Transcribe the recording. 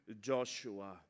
Joshua